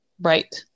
Right